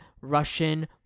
Russian